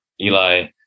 Eli